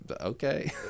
okay